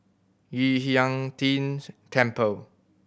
Yu Huang Tian's Temple